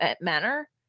manner